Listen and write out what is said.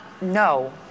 no